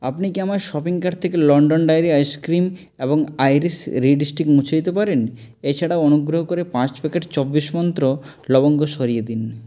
আপনি কি আমার শপিং কার্ট থেকে লন্ডন ডেয়ারি আইসক্রিম এবং আইরিস রিড স্টিক মুছে দিতে পারেন এছাড়াও অনুগ্রহ করে পাঁচ প্যাকেট চব্বিশ মন্ত্র লবঙ্গ সরিয়ে দিন